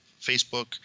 Facebook